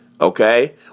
okay